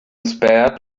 spared